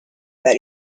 that